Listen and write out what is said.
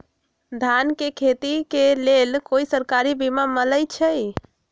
धान के खेती के लेल कोइ सरकारी बीमा मलैछई?